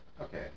Okay